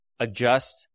adjust